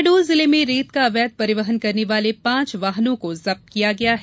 शहडोल जिले में रेत का अवैध परिवहन करने वाले पांच वाहनों को जब्त किया गया है